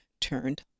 turned